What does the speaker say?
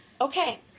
okay